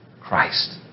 Christ